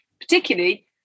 particularly